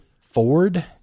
Ford